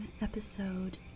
episode